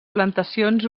plantacions